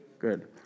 Good